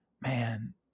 Man